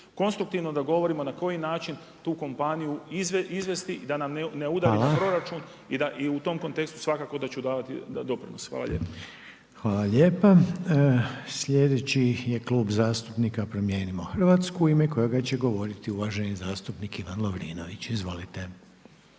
konstruktivno, da govorimo na koji načinu kompaniju izvesti da nam ne udari u proračun i da u tom kontekstu svakako da ću davati doprinos. Hvala lijepa. **Reiner, Željko (HDZ)** Hvala lijepa. Sljedeći je Klub zastupnika Promijenimo Hrvatsku, u ime kojega će govoriti uvaženi zastupnik Ivan Lovrinović. Izvolite.